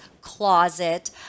closet